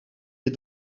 est